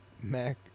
Mac